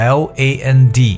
land